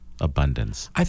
Abundance